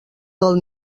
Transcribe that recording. del